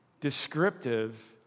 descriptive